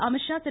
Amit Shah Thiru